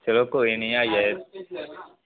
चलो कोई निं आई जायो